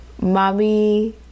mommy